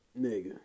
Nigga